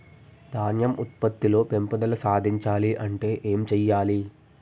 ధాన్యం ఉత్పత్తి లో పెంపుదల సాధించాలి అంటే ఏం చెయ్యాలి?